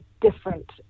different